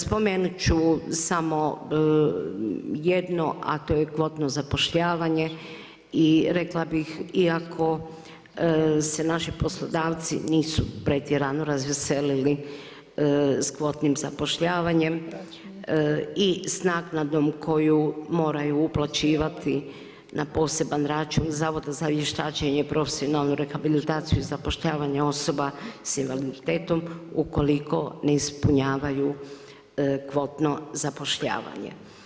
Spomenut ću samo jedno a to je kvotno zapošljavanje i rekla bi, iako se naši poslodavci nisu pretjerano razveselili sa kvotnim zapošljavanjem i s naknadom koju moraju uplaćivati na poseban račun Zavoda za vještačenje i profesionalnu rehabilitaciju zapošljavanja osoba sa invaliditetom, ukoliko ne ispunjavaju kvotno zapošljavanje.